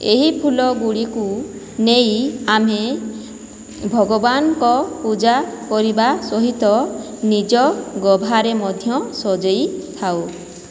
ଏହି ଫୁଲଗୁଡ଼ିକୁ ନେଇ ଆମେ ଭଗବାନଙ୍କ ପୂଜା କରିବା ସହିତ ନିଜ ଗଭାରେ ମଧ୍ୟ ସଜାଇଥାଉ